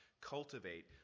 cultivate